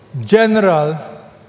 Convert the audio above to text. General